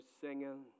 singing